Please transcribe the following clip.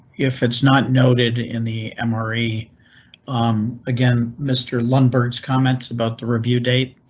if it's not noted in the emory um again, mr lundberg's comments about the review date.